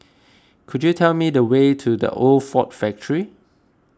could you tell me the way to the Old Ford Factor